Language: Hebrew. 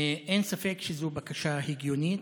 אין ספק שזאת בקשה הגיונית.